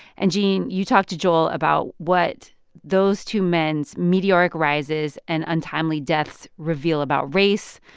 and, gene, you talked to joel about what those two men's meteoric rises and untimely deaths reveal about race,